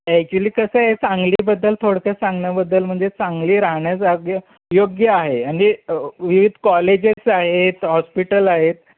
actually कसं आहे सांगलीबद्दल थोडक्यात सांगण्याबद्दल म्हणजे सांगली राहण्या जाग योग्य आहे म्हणजे विविध कॉलेजेस आहेत हॉस्पिटल आहेत